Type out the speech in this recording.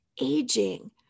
aging